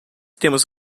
temos